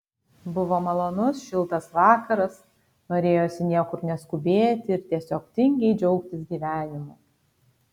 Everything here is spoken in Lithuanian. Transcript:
buvo malonus šiltas vakaras norėjosi niekur neskubėti ir tiesiog tingiai džiaugtis gyvenimu